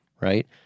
right